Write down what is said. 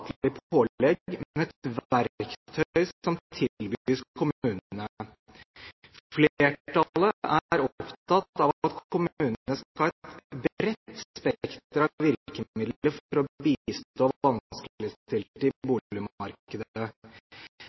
som tilbys kommunene. Flertallet er opptatt av at kommunene skal ha et bredt spekter av virkemidler for å